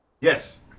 Yes